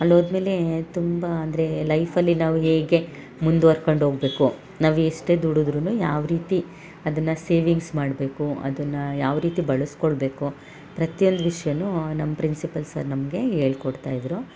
ಅಲ್ಲಿ ಹೋದ್ಮೇಲೆ ತುಂಬ ಅಂದರೆ ಲೈಫಲ್ಲಿ ನಾವು ಹೇಗೆ ಮುಂದುವರ್ಕೊಂಡು ಹೋಗ್ಬೇಕು ನಾವು ಎಷ್ಟೇ ದುಡಿದ್ರೂನು ಯಾವ ರೀತಿ ಅದನ್ನು ಸೇವಿಂಗ್ಸ್ ಮಾಡಬೇಕು ಅದನ್ನು ಯಾವ ರೀತಿ ಬಳಸಿಕೊಳ್ಬೇಕು ಪ್ರತಿಯೊಂದು ವಿಷಯನೂ ನಮ್ಮ ಪ್ರಿನ್ಸಿಪಲ್ ಸರ್ ನಮಗೆ ಹೇಳ್ಕೊಡ್ತಾ ಇದ್ದರು